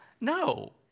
No